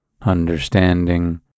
understanding